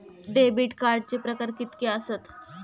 Debit कार्डचे प्रकार कीतके आसत?